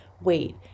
wait